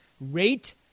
rate